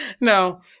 No